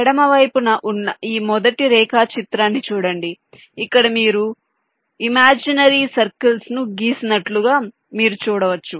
ఎడమ వైపున ఉన్న ఈ మొదటి రేఖాచిత్రాన్ని చూడండి ఇక్కడ మీరు ఊహాత్మక వృత్తాలను గీసినట్లు మీరు చూడవచ్చు